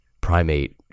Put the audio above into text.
primate